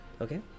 Okay